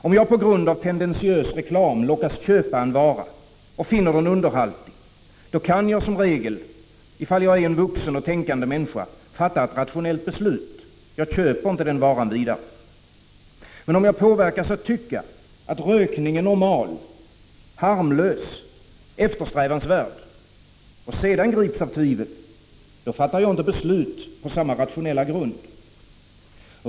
Om jag på grund av tendentiös reklam lockas köpa en vara och finner den underhaltig, då kan jag som regel om jag är en vuxen, tänkande människa fatta ett rationellt beslut: jag köper inte den varan vidare. Men om jag påverkas att tycka att rökning är normal, harmlös, eftersträvansvärd och sedan grips av tvivel — då fattar jag inte beslut på samma rationella grund.